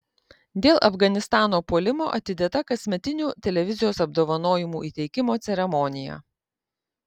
dėl afganistano puolimo atidėta kasmetinių televizijos apdovanojimų įteikimo ceremonija